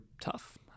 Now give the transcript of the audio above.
tough